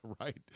Right